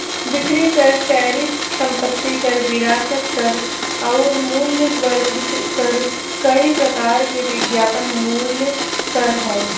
बिक्री कर टैरिफ संपत्ति कर विरासत कर आउर मूल्य वर्धित कर कई प्रकार के विज्ञापन मूल्य कर हौ